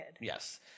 Yes